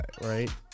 right